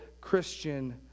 Christian